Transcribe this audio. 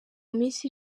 minsi